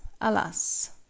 alas